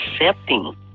accepting